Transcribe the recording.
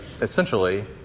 essentially